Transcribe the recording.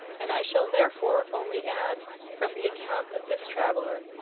and i shall therefore only add from the account of this traveller,